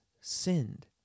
sinned